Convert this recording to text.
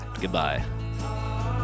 Goodbye